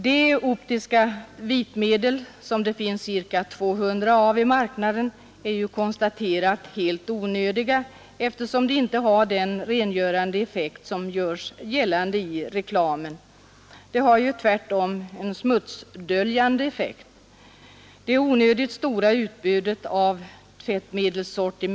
De optiska vitmedlen, som det finns ca 200 av i marknaden, har konstaterats vara helt onödiga, eftersom de inte har den rengörande effekt som görs gällande i reklamen. De har tvärtom en smutsdöljande effekt. Det är ett onödigt stort utbud av tvättmedelssorter.